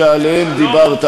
השר לוין,